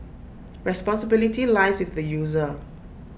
responsibility lies with the user